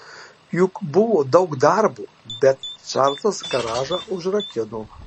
juk buvo daug darbo bet čarlzas garažą užrakino